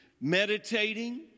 meditating